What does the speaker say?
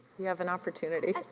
you have an opportunity.